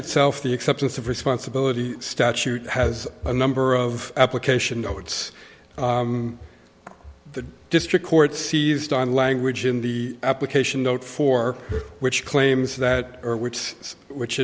itself the acceptance of responsibility statute has a number of application notes the district court seized on language in the application note for which claims that or which is which